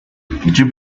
jupiter